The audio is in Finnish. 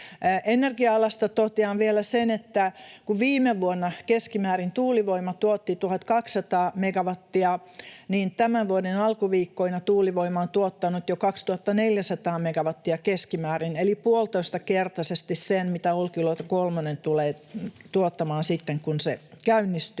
Energia-alasta totean vielä sen, että kun viime vuonna tuulivoima tuotti keskimäärin 1 200 megawattia, niin tämän vuoden alkuviikkoina tuulivoima on tuottanut jo 2 400 megawattia keskimäärin eli puolitoistakertaisesti sen, mitä Olkiluoto kolmonen tulee tuottamaan sitten, kun se käynnistyy.